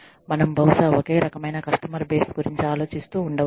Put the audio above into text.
మనం బహుశా ఒకే రకమైన కస్టమర్ బేస్ గురించి ఆలోచిస్తూ ఉండవచ్చు